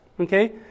Okay